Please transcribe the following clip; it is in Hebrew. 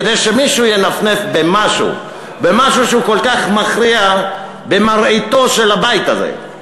כדי שמישהו ינפנף במשהו שהוא כל כך מכריע במראיתו של הבית הזה.